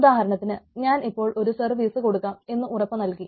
ഉദാഹരണത്തിന് ഞാൻ ഇപ്പോൾ ഒരു സർവീസ് കൊടുക്കാം എന്ന് ഉറപ്പു നൽകി